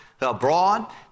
abroad